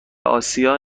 آسیا